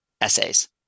essays